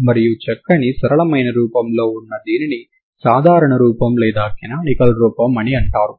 ఇచ్చిన f మరియు g లు ఈ ఆవశ్యక నియమాలైన ∂f∂x0 మరియు ∂g∂x0 లను సంతృప్తి పరచాలి